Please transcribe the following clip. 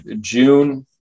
June